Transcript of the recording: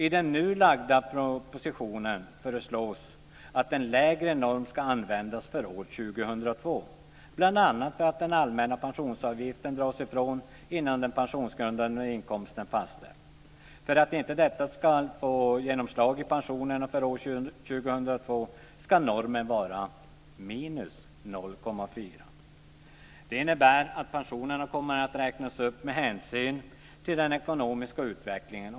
I den nu framlagda propositionen föreslås att en lägre norm ska användas för år 2002, bl.a. för att den allmänna pensionsavgiften dras ifrån innan den pensionsgrundande inkomsten fastställs. För att inte detta ska få genomslag i pensionerna för år 2002 ska normen vara minus 0,4. Det innebär att pensionerna kommer att räknas upp med hänsyn till den ekonomiska utvecklingen.